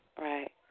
right